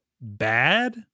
bad